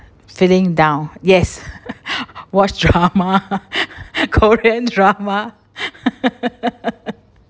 feeling down yes watch drama korean drama